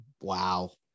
wow